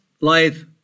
life